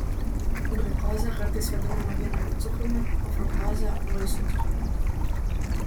gliukozė kartais vadinama vynuogių cukrumi o fruktozė vaisių cukrumi